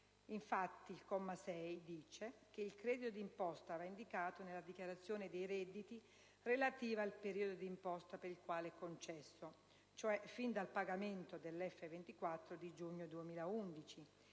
infatti, il comma 6 afferma che il credito d'imposta va indicato nella dichiarazione dei redditi relativa al periodo d'imposta per il quale è concesso, cioè fin dal pagamento dell'F24 di giugno 2011,